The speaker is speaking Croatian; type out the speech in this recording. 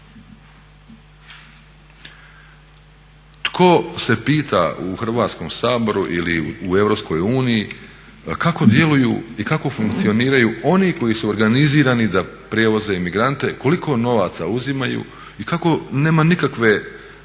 Tko se pita u Hrvatskom saboru ili u EU kako djeluju i kako funkcioniraju oni koji su organizirani da prevoze imigrante, koliko novaca uzimaju i kako nema nikakve